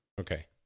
Okay